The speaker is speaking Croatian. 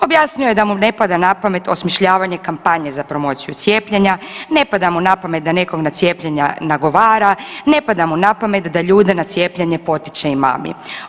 Objasnio je da mu ne pada na pamet osmišljavanje kampanje za promociju cijepljenja, ne pada mu na pamet da nekog na cijepljenja nagovara, ne pada mu na pamet da ljude na cijepljenje potiče i mami.